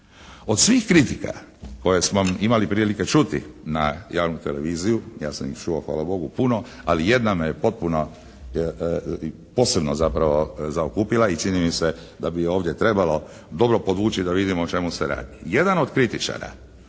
Od svih kritika koje smo imali prilike čuti na javnu televiziju, ja sam ih čuo hvala Bogu puno, ali jedna me je potpuno, posebno zapravo zaokupila i čini mi se da bi ovdje trebalo dobro podvući da vidimo o čemu se radi. Jedan od kritičara